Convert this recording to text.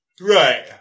Right